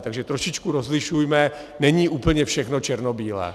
Takže trošičku rozlišujme, není úplně všechno černobílé.